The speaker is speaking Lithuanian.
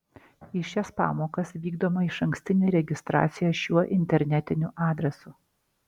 į šias pamokas vykdoma išankstinė registracija šiuo internetiniu adresu